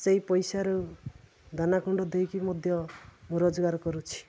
ସେଇ ପଇସାରୁ ଦାନାକୁଣ୍ଡା ଦେଇକି ମଧ୍ୟ ମୁଁ ରୋଜଗାର କରୁଛି